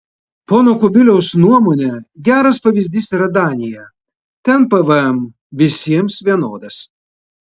pono kubiliaus nuomone geras pavyzdys yra danija ten pvm visiems vienodas